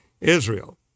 Israel